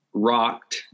rocked